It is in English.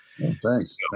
Thanks